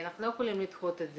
אנחנו לא יכולים לדחות את זה.